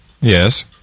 Yes